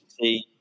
see